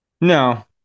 No